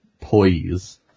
poise